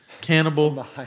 cannibal